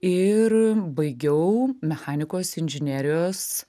ir baigiau mechanikos inžinerijos